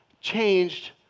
changed